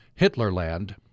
Hitlerland